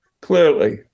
clearly